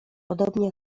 podobnie